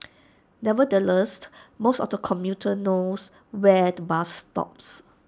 nevertheless most of the commuters knows where the bus stops